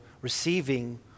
Receiving